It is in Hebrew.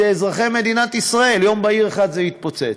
אלה אזרחי מדינת ישראל, ויום בהיר אחד זה יתפוצץ.